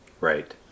Right